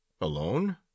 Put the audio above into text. Alone